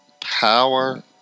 power